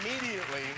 immediately